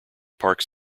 parks